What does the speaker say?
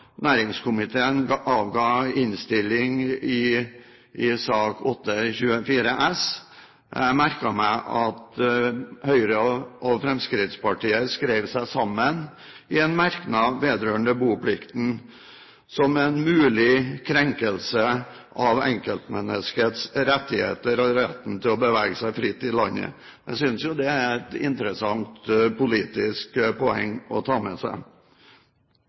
næringskomiteen avga innstilling til Dokument 8:24 S for 2010–1011. Jeg merket meg at Høyre og Fremskrittspartiet skrev seg sammen i en merknad vedrørende boplikten som en mulig krenkelse av enkeltmenneskets rettigheter og retten til å bevege seg fritt i landet. Jeg synes jo det er et interessant politisk poeng å ta med seg.